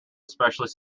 especially